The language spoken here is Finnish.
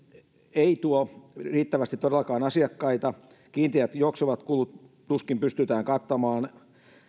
ei tuo todellakaan riittävästi asiakkaita kiinteitä juoksevia kuluja tuskin pystytään kattamaan